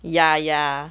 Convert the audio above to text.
ya ya